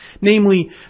namely